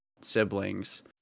siblings